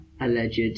alleged